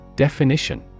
Definition